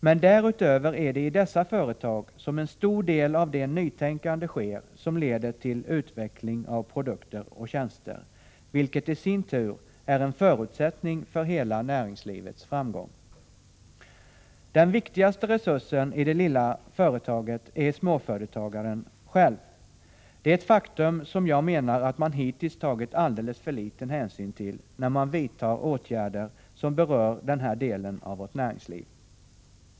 Men därutöver är det i dessa företag som en stor del av det nytänkande sker som leder till utveckling av produkter och tjänster, vilket i sin tur är en förutsättning för hela näringslivets framgång. Den viktigaste resursen i det lilla företaget är småföretagaren själv. Det är ett faktum som man, menar jag, hittills tagit alldeles för liten hänsyn till när man vidtagit åtgärder som berört den här delen av vårt näringsliv.